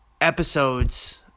episodes